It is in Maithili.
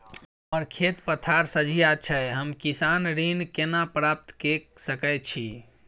हमर खेत पथार सझिया छै हम किसान ऋण केना प्राप्त के सकै छी?